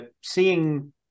seeing